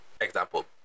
example